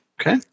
Okay